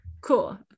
cool